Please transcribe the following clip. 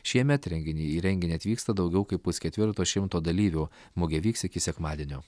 šiemet renginį į renginį atvyksta daugiau kaip pusketvirto šimto dalyvių mugė vyks iki sekmadienio